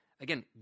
Again